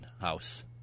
house